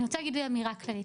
אני רוצה להגיד באמירה כללית,